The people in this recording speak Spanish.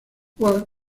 ward